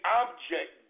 object